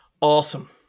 Awesome